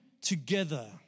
together